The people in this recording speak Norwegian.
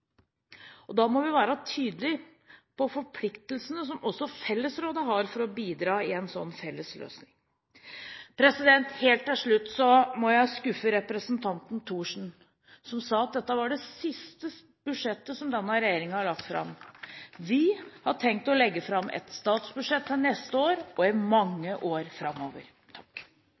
har. Da må vi være tydelige på forpliktelsene som også fellesrådene har for å bidra i en slik fellesløsning. Helt til slutt må jeg skuffe representanten Thorsen, som sa at dette var det siste budsjettet som denne regjeringen la fram. Vi har tenkt å legge fram et statsbudsjett til neste år og i mange år framover.